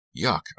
Yuck